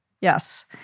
Yes